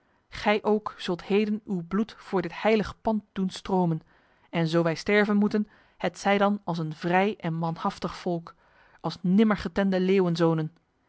gij ook zult heden uw bloed voor dit heilige pand doen stromen en zo wij sterven moeten hetzij dan als een vrij en manhaftig volk als nimmergetemde leeuwenzonen